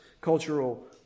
cultural